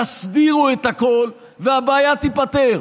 תסדירו את הכול והבעיה תיפתר,